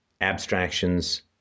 abstractions